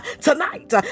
tonight